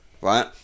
Right